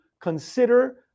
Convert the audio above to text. consider